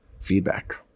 feedback